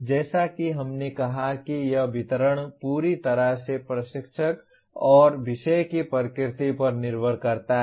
जैसा कि हमने कहा कि यह वितरण पूरी तरह से प्रशिक्षक और विषय की प्रकृति पर निर्भर करता है